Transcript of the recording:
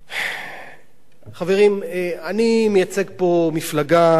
אני מייצג פה מפלגה שנמנית עם השמאל הציוני.